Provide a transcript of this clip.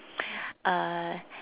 uh